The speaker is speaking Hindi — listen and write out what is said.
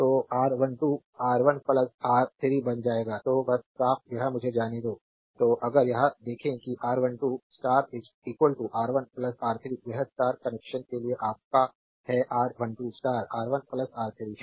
तो R1 2 R1 आर 3 बन जाएगा तो बस साफ यह मुझे जाने दो तो अगर यह देखें कि R12 स्टार R1 R3 यह स्टार कनेक्शन के लिए आपका है R12 स्टार R1 R3 है